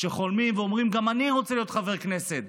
שחולמים ואומרים: גם אני רוצה להיות חבר כנסת,